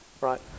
right